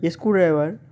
screw driver